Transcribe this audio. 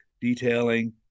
detailing